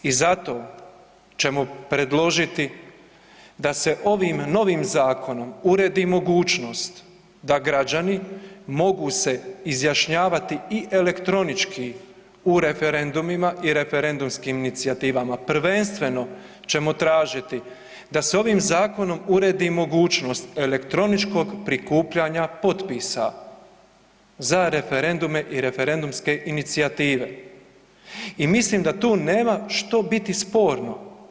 I zato ćemo predložiti da se ovim novim zakonom uredi mogućnost da građani mogu se izjašnjavati i elektronički u referendumima i referendumskim inicijativama, prvenstveno ćemo tražiti da se ovim zakonom uredi mogućnost elektroničkog prikupljanja potpisa za referendume i referendumske inicijative i mislim da tu nema što biti sporno.